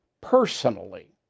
personally